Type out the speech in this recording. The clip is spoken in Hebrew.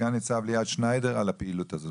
סגן ניצב ליאת שניידר על הפעילות הזו,